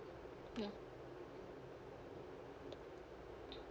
mm